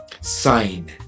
sign